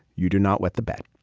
you do not wet the bed.